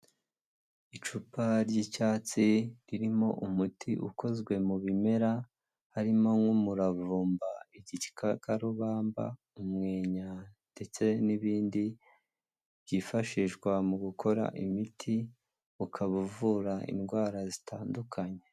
Icupa ry'icyatsi ririmo umuti ukozwe mu bimera, harimo nk'umuravumba, igikakarubamba, umwenya ndetse n'ibindi byifashishwa mu gukora imiti, ukaba uvura indwara zitandukanye.